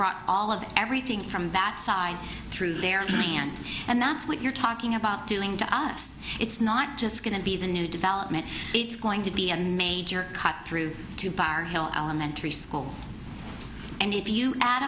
brought all of everything from that side through their land and that's what you're talking about doing to us it's not just going to be the new development it's going to be a major cut through to bar hill elementary school and if you add